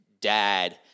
dad